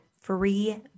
free